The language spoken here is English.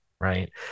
Right